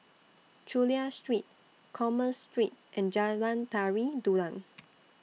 Chulia Street Commerce Street and Jalan Tari Dulang